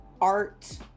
art